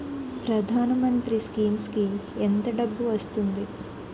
ప్రధాన మంత్రి స్కీమ్స్ కీ ఎంత డబ్బు వస్తుంది?